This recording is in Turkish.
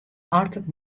artık